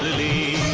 the